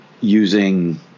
using